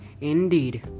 indeed